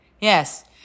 Yes